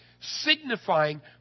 signifying